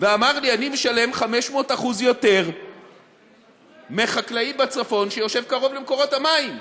ואמר לי: אני משלם 500% יותר מחקלאי בצפון שיושב קרוב למקורות המים.